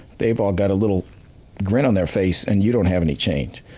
they've all got a little grin on their face and you don't have any change.